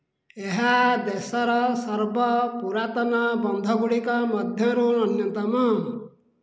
ଏହା ଦେଶର ସର୍ବ ପୁରାତନ ବନ୍ଧଗୁଡ଼ିକ ମଧ୍ୟରୁ ଅନ୍ୟତମ